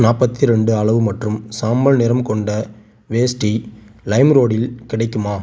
நாற்பத்தி ரெண்டு அளவு மற்றும் சாம்பல் நிறம் கொண்ட வேஷ்டி லைம்ரோடில் கிடைக்குமா